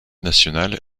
nationale